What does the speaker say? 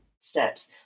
steps